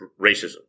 racism